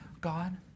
God